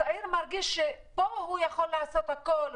הצעיר מרגיש שדרך האופנוע הוא יכול לעשות הכול,